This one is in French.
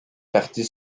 partie